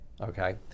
okay